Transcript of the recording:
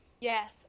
Yes